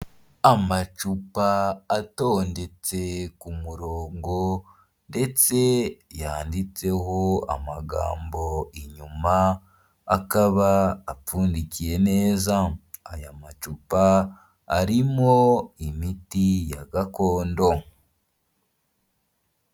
Amacupa atondetse ku murongo, ndetse yanditseho amagambo inyuma, akaba apfundikiye neza, aya macupa arimo imiti ya gakondo.